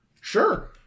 sure